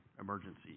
emergency